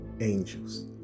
angels